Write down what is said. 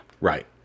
Right